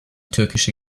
türkische